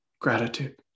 gratitude